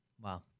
Wow